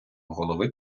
голови